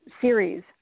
series